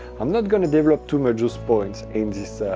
i'm not going to develop to make this point. and